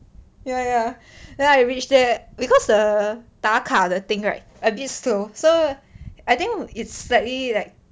ya ya then I reach there because the 打卡 the thing right a bit slow so I think it's slightly like